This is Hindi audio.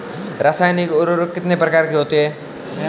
रासायनिक उर्वरक कितने प्रकार के होते हैं?